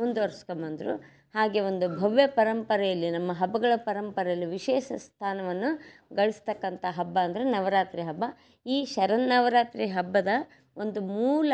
ಮುಂದುವರ್ಸ್ಕೊಂಬದ್ರು ಹಾಗೆ ಒಂದು ಭವ್ಯ ಪರಂಪರೆಯಲ್ಲಿ ನಮ್ಮ ಹಬ್ಬಗಳ ಪರಂಪರೆಯಲ್ಲಿ ವಿಶೇಷ ಸ್ಥಾನವನ್ನು ಗಳಿಸ್ತಕ್ಕಂಥ ಹಬ್ಬ ಅಂದರೆ ನವರಾತ್ರಿ ಹಬ್ಬ ಈ ಶರನ್ನವರಾತ್ರಿ ಹಬ್ಬದ ಒಂದು ಮೂಲ